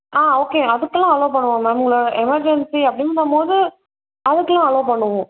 ஆ okay அதுக்கெலாம் allow பண்ணுவோம் ma'am உங்களை எமெர்ஜென்சி அப்படிங்கம் போது அதுக்கெல்லாம் அலோ பண்ணுவோம்